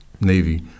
Navy